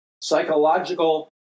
psychological